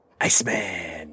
Iceman